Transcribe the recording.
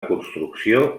construcció